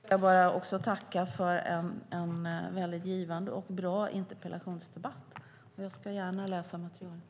Fru talman! Då ska jag också bara tacka för en väldigt givande och bra interpellationsdebatt. Jag ska gärna läsa materialet.